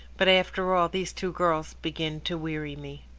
but after all, these two girls begin to weary me.